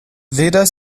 weder